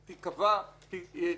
תיכתב